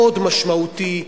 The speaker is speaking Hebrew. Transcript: מאוד משמעותי.